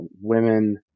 women